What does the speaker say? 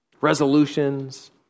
Resolutions